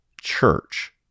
church